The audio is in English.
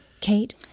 Kate